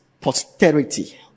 posterity